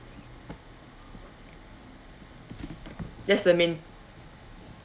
that's the main